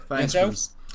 thanks